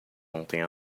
ontem